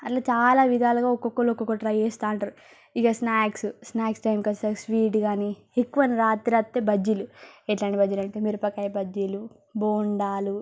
అట్లా చాలా విధాలుగా ఒక్కొక్కరు ఒక్కొక్కటి ట్రై చేస్తుంటారు ఇక స్నాక్స్ స్నాక్స్ టైంకి వచ్చేసరికి స్వీట్ కానీ ఎక్కువ రాత్రి వస్తే బజ్జీలు ఎట్లాంటి బజ్జీలు అంటే మిరపకాయ బజ్జీలు బొండాలు